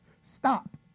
Stop